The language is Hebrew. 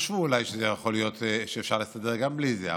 חשבו אולי שאפשר להסתדר גם בלי זה.